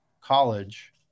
college